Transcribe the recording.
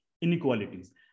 inequalities